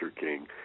King